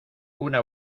una